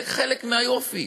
זה חלק מהיופי.